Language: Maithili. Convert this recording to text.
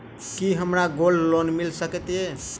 की हमरा गोल्ड लोन मिल सकैत ये?